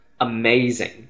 amazing